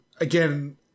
again